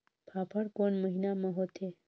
फाफण कोन महीना म होथे?